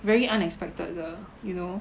very unexpected the you know